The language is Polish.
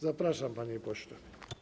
Zapraszam, panie pośle.